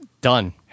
Done